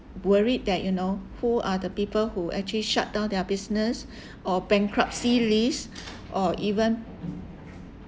worried that you know who are the people who actually shut down their business or bankruptcy lease or even